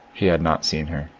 he had not seen her.